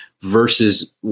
versus